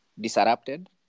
disrupted